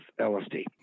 LSD